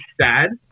sad